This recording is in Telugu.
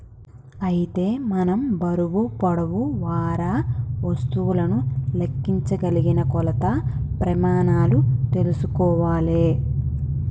అయితే మనం బరువు పొడవు వారా వస్తువులను లెక్కించగలిగిన కొలత ప్రెమానాలు తెల్సుకోవాలే